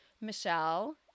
Michelle